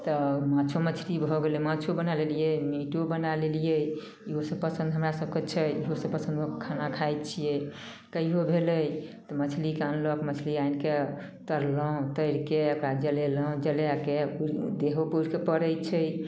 तऽ माछो मछली भऽ गेलै माछो बनै लेलिए मीटो बनै लेलिए इहो सब पसन्द हमरासभकेँ छै इहो सब पसन्दके खाना खाइ छिए कहिओ भेलै तऽ मछलीके आनलक मछली आनिके तरलहुँ तरिके ओकरा जलेलहुँ जलैके देहोपर उड़िके पड़ै छै